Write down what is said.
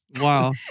Wow